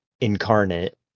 incarnate